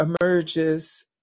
emerges